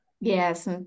Yes